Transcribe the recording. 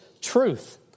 truth